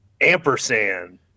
ampersand